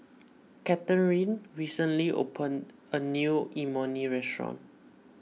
Cathrine recently opened a new Imoni Restaurant